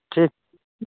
ᱴᱷᱤᱠ